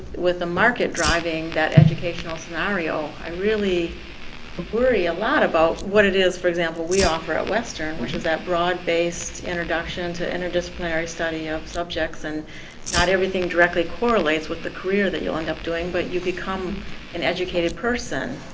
with the market driving that educational scenario, i really worry a lot about what it is, for example, we offer at western, which is that broad based introduction to interdisciplinary study of subjects, and not everything directly correlates with the career that you'll end up doing. but you become an educated person.